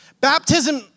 Baptism